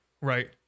right